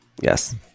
Yes